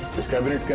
this cabinet